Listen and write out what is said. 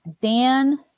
dan